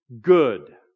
good